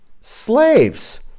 slaves